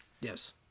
Yes